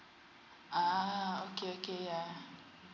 uh okay okay yeah